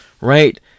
Right